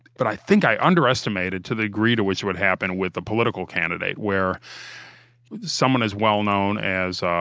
but i think i underestimated to the degree to which it would happen with a political candidate where someone as well known as, ah